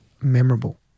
memorable